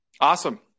Awesome